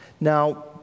Now